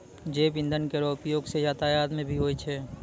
जैव इंधन केरो उपयोग सँ यातायात म भी होय छै